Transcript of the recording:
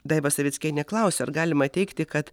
daiva savickienė klausia ar galima teigti kad